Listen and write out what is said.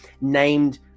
named